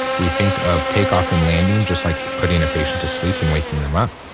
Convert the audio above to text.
we think of takeoff and landing, just like putting a patient to sleep and waking them up.